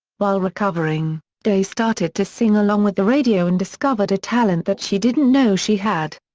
while recovering, day started to sing along with the radio and discovered a talent that she didn't know she had.